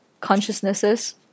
consciousnesses